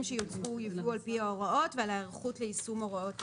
שיוצאו או יובאו על פי ההוראות ועל ההיערכות ליישום הוראות החוק.